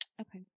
Okay